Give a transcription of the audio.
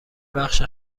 بخش